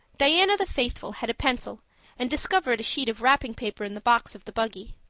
diana the faithful had a pencil and discovered a sheet of wrapping paper in the box of the buggy.